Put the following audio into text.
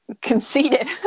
Conceited